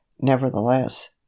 Nevertheless